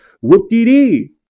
Whoop-dee-dee